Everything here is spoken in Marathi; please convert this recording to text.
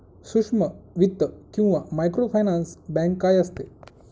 सूक्ष्म वित्त किंवा मायक्रोफायनान्स बँक काय असते?